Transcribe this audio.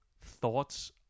thoughts